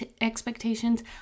expectations